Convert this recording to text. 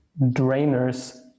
drainers